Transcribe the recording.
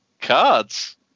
cards